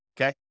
okay